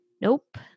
Nope